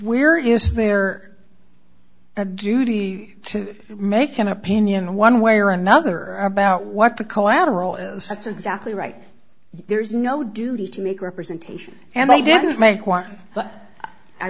where is there a duty to make him opinion one way or another about what the collateral is that's exactly right there's no duty to make representation and i did make one but i